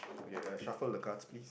okay uh shuffle the cards please